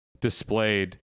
displayed